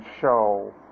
show